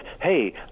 hey